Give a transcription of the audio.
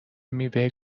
میوه